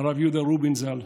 הרב יהודה רובין ז"ל,